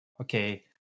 okay